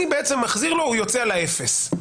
הוא עומד על האפס,